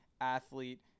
athlete